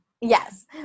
Yes